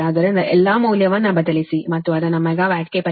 ಆದ್ದರಿಂದ ಎಲ್ಲಾ ಮೌಲ್ಯವನ್ನು ಬದಲಿಸಿ ಮತ್ತು ಅದನ್ನು ಮೆಗಾವ್ಯಾಟ್ಗೆ ಪರಿವರ್ತಿಸಿ